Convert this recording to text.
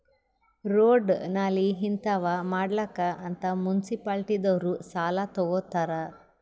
road, ನಾಲಿ ಹಿಂತಾವ್ ಮಾಡ್ಲಕ್ ಅಂತ್ ಮುನ್ಸಿಪಾಲಿಟಿದವ್ರು ಸಾಲಾ ತಗೊತ್ತಾರ್